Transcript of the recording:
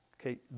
Okay